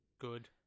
good